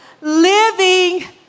living